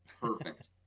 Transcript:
perfect